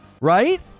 Right